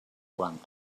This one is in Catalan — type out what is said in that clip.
quan